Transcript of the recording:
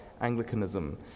Anglicanism